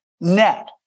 net